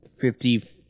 Fifty